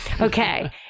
Okay